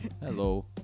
Hello